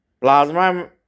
plasma